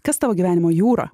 kas tavo gyvenimo jūra